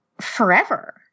forever